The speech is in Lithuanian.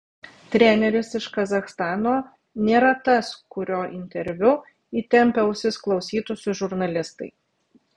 treneris iš kazachstano nėra tas kurio interviu įtempę ausis klausytųsi žurnalistai